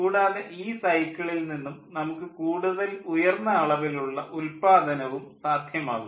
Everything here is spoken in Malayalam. കൂടാതെ ഈ സൈക്കിളിൽ നിന്നും നമുക്ക് കൂടുതൽ ഉയർന്ന അളവിലുള്ള ഉല്പാദനവും സാധ്യമാകുന്നു